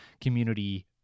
community-